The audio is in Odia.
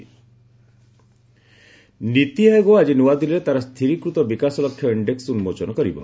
ନୀତି ଆୟୋଗ ନୀତି ଆୟୋଗ ଆଜି ନୂଆଦିଲ୍ଲୀରେ ତା'ର ସ୍ଥିରୀକୃତ ବିକାଶ ଲକ୍ଷ୍ୟ ଇଣ୍ଡେକୁ ଉନ୍କୋଚନ କରିବ